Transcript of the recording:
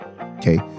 Okay